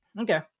okay